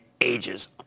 ages